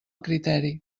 criteri